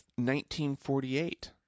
1948